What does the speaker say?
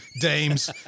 dames